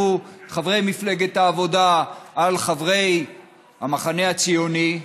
חברי מפלגת העבודה על חברי המחנה הציוני,